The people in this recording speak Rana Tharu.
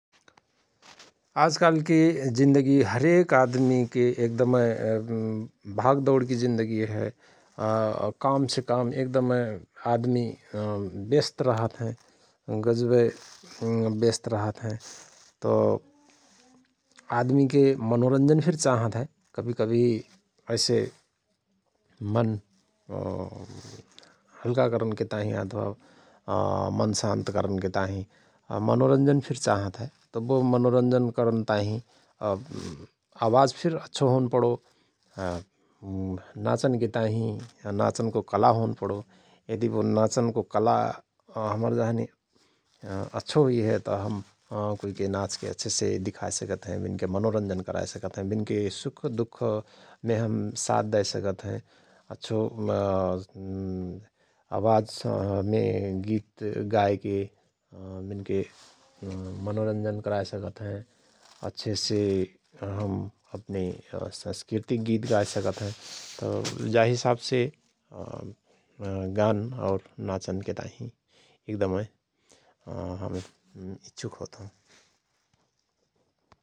आजकालके जिन्दगि हरेक आदमिके एकदमय भाग दौणकि जिन्दगि हय । कामसे काम एकदमय आदमि व्यस्त रहत हयं गजवय व्यस्त रहत हयं तओ आदमिके मनोरंजन फिर चाहत हयं । कवहि कवहि ऐसे मन हल्का करनके ताहिँ अथवा मन शान्त करनके ताहिँ मनोरन्ज फिर चाँहत हय । त बो मनोरन्जन करन ताहिँ आवाज फिर अच्छो होन पडो । नाचन के ताहिँ नाचनको कला होन पडो । यदि बो नाचनको कला हमर जहनी अच्छो हुइहय तओ हम कुइके नाचके अच्छेसे दिखाए सकत हय विनके मनोरंजन कराए सकत हयं । विनके सुःख दुःखमे हम साथ दए सकत हयं अच्छो अवाजमे गित गाएके विनके अ मनोरंजन कराए सकत हयं अच्छेसे हम अपनी संस्कृतिकी गीत गाए सकत हयं । और जा हिसावसे गान और नाचनके ताहिँ एकदमय इच्छुक होत हओं ।